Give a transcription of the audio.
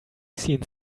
seen